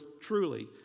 truly